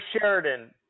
Sheridan